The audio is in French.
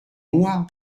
moi